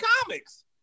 comics